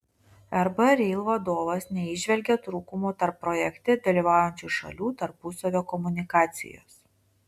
rb rail vadovas neįžvelgė trūkumų tarp projekte dalyvaujančių šalių tarpusavio komunikacijos